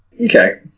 Okay